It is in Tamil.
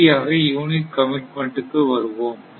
இறுதியாக யூனிட் கமிட்மென்ட் வருவோம்